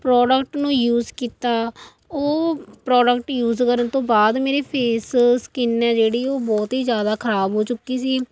product ਨੂੰ use ਕੀਤਾ ਉਹ ਪ੍ਰੋਡਕਟ ਯੂਜ ਕਰਨ ਤੋਂ ਬਾਅਦ ਮੇਰੇ ਫੇਸ ਸਕਿਨ ਆ ਜਿਹੜੀ ਉਹ ਬਹੁਤ ਹੀ ਜ਼ਿਆਦਾ ਖ਼ਰਾਬ ਹੋ ਚੁੱਕੀ ਸੀ